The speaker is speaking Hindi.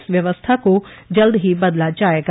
इस व्यवस्था को जल्द ही बदला जायेगा